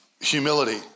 humility